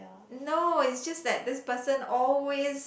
no it's just that this person always